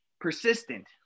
persistent